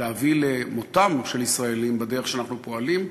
להביא למותם של ישראלים בדרך שאנחנו פועלים,